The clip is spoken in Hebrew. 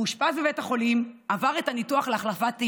הוא אושפז בבית החולים, עבר את הניתוח להחלפת ירך,